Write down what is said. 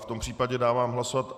V tom případě dávám hlasovat.